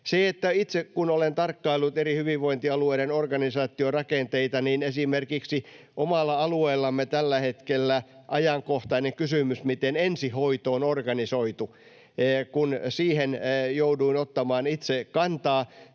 kun olen tarkkaillut eri hyvinvointialueiden organisaatiorakenteita, niin esimerkiksi omalla alueellamme on tällä hetkellä ajankohtainen kysymys siitä, miten ensihoito on organisoitu: Kun siihen jouduin ottamaan itse kantaa